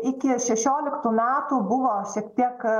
iki šešioliktų metų buvo šiek tiek